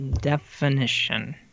definition